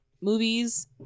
movies